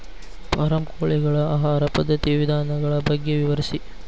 form ಕೋಳಿಗಳ ಆಹಾರ ಪದ್ಧತಿಯ ವಿಧಾನಗಳ ಬಗ್ಗೆ ವಿವರಿಸಿ